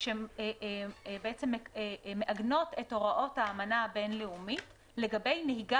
שהן בעצם מעגנות את הוראות האמנה הבין-לאומית לגבי נהיגה